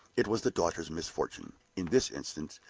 it was the daughter's misfortune, in this instance,